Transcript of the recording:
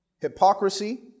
Hypocrisy